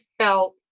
felt